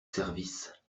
service